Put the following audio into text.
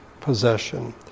possession